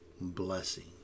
blessing